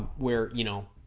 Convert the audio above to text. where you know